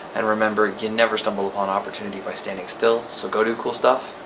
and remember, you never stumble upon opportunity by standing still, so go do cool stuff.